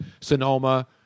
Sonoma